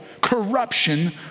corruption